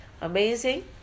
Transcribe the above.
Amazing